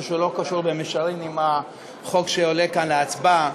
שלא קשור במישרין לחוק שעולה כאן להצבעה.